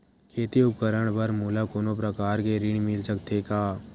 खेती उपकरण बर मोला कोनो प्रकार के ऋण मिल सकथे का?